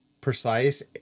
precise